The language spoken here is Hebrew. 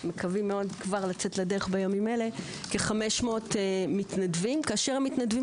מקווים לצאת לדרך כבר בימים אלה כ-500 מתנדבים שהם